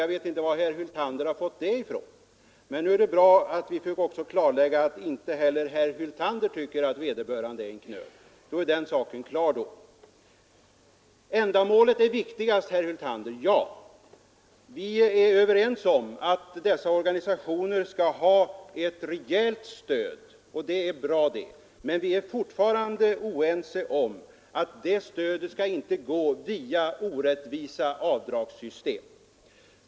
Jag förstår inte varifrån herr Hyltander har fått detta. Men nu är det bra att vi fick höra att inte heller herr Hyltander tycker att vederbörande är en knöl. Då är den saken klar. Ändamålet är viktigast, säger herr Hyltander, Ja, vi är överens om att dessa organisationer skall ha ett rejält stöd. Men vi är fortfarande oense när det gäller att låta stödet gå via orättvisa avdragssystem.